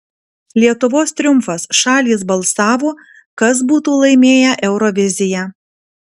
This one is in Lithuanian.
lietuvos triumfas šalys balsavo kas būtų laimėję euroviziją